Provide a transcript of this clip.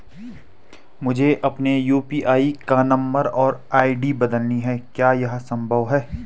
मुझे अपने यु.पी.आई का नम्बर और आई.डी बदलनी है क्या यह संभव है?